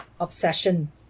obsession